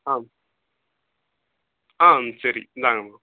ஆ சரி இந்தாங்கம்மா